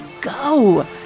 go